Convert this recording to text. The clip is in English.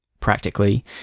practically